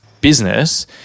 business –